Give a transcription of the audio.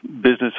business